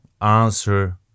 answer